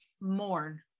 mourn